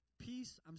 peace